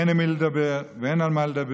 אין עם מי לדבר ואין על מה לדבר,